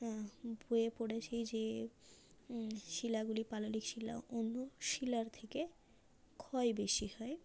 হ্যাঁ বইয়ে পড়েছি যে শিলাগুলি পাললিক শিলা অন্য শিলার থেকে ক্ষয় বেশি হয়